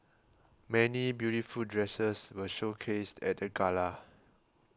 many beautiful dresses were showcased at the gala